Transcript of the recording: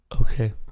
Okay